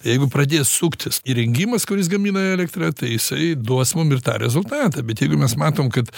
jeigu pradės suktis įrengimas kuris gamina elektrą tai jisai duos mum ir tą rezultatą bet jeigu mes matom kad